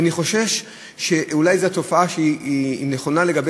ואני חושש שאולי זו התופעה שהיא נכונה לגבי